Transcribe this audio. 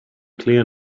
clear